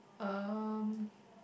um